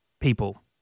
people